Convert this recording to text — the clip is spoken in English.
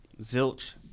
Zilch